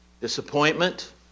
disappointment